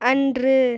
அன்று